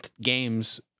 games